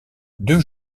deux